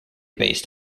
based